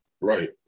Right